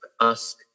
ask